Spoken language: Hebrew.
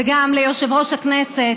וגם ליושב-ראש הכנסת,